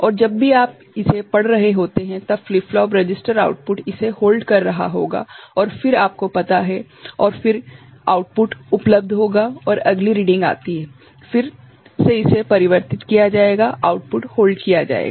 और जब भी आप इसे पढ़ रहे होते हैं तब फ्लिप फ्लॉप रजिस्टर आउटपुट इसे होल्ड कर रहा होगा और फिर आपको पता है और फिर आउटपुट उपलब्ध होगा और अगली रीडिंग आती है फिर से इसे परिवर्तित किया जाएगा आउटपुट होल्ड किया जाएगा